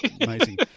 Amazing